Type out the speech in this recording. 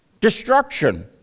Destruction